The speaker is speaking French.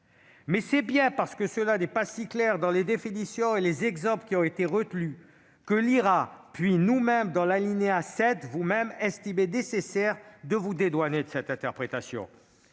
Mais c'est bien parce que cela n'est pas si clair dans les définitions et les exemples qui ont été retenus que l'IHRA, puis vous-mêmes, à l'alinéa 7, estimez nécessaire de vous dédouaner de cette interprétation.